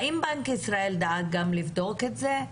האם בנק ישראל דאג גם לבדוק את זה?